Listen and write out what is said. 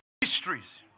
mysteries